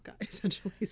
essentially